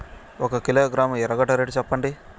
ఒక కిలోగ్రాము ఎర్రగడ్డ రేటు సెప్పండి?